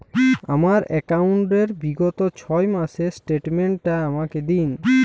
আমার অ্যাকাউন্ট র বিগত ছয় মাসের স্টেটমেন্ট টা আমাকে দিন?